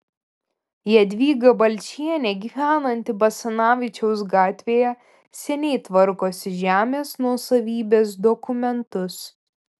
jadvyga balčienė gyvenanti basanavičiaus gatvėje seniai tvarkosi žemės nuosavybės dokumentus